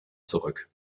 zurück